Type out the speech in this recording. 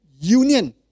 union